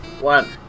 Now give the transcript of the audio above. one